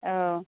औ